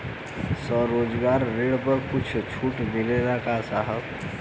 स्वरोजगार ऋण पर कुछ छूट मिलेला का साहब?